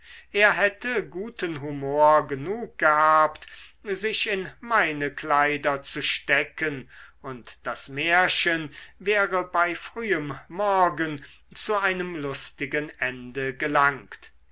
er hätte guten humor genug gehabt sich in meine kleider zu stecken und das märchen wäre bei frühem morgen zu einem lustigen ende gelangt